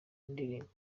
ndirimbo